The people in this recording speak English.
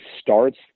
starts